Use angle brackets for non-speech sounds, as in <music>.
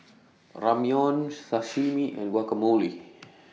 Ramyeon Sashimi and Guacamole <noise>